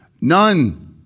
None